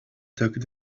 tucked